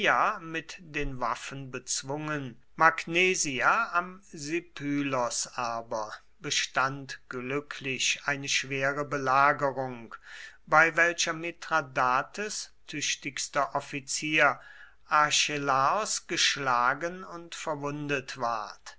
mit den waffen bezwungen magnesia am sipylos aber bestand glücklich eine schwere belagerung bei welcher mithradates tüchtigster offizier archelaos geschlagen und verwundet ward